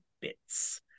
bits